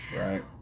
Right